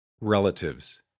Relatives